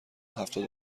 هفتاد